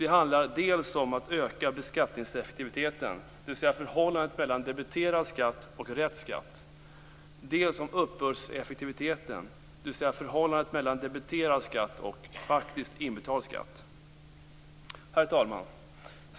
Det handlar dels om en ökning av beskattningseffektiviteten, dvs. förhållandet mellan debiterad skatt och rätt skatt, dels om uppbördseffektiviteten, dvs. förhållandet mellan debiterad skatt och faktisk inbetald skatt. Herr talman!